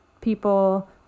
people